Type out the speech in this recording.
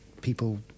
people